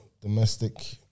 domestic